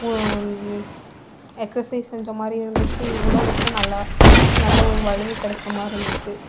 exercise செஞ்சமாதிரியும் இருந்துச்சு உடலுக்கும் நல்லா நல்ல ஒரு வலு கெடைச்ச மாதிரியும் இருந்துச்சு